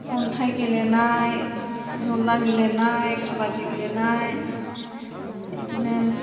अन्थाइ गेलेनाय जला गेलेनाय खाबादि गेलेनाय बेदिनो